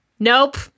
Nope